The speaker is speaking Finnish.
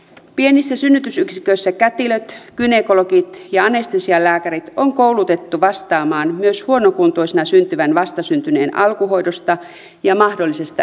pienissä synnytysyksiköissä kätilöt gynekologit ja anestesialääkärit on koulutettu vastaamaan myös huonokuntoisena syntyvän vastasyntyneen alkuhoidosta ja mahdollisesta elvytyksestä